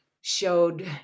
showed